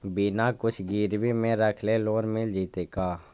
बिना कुछ गिरवी मे रखले लोन मिल जैतै का?